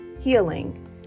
healing